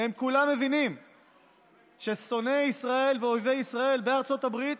והם כולם מבינים ששונאי ישראל ואויבי ישראל בארצות הברית